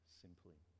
simply